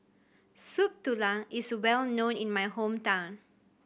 Soup Tulang is well known in my hometown